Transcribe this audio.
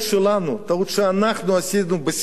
טעות שאנחנו עשינו בסיעה שלנו.